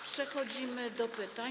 Przechodzimy do pytań.